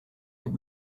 had